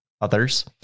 others